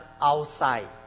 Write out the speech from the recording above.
outside